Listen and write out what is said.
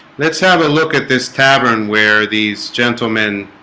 let's have a look at this tavern where these gentlemen